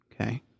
Okay